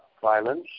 violence